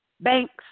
banks